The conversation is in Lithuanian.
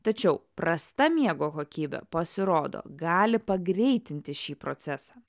tačiau prasta miego kokybė pasirodo gali pagreitinti šį procesą